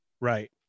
right